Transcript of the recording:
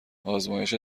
آزمایش